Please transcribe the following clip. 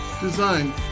design